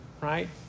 right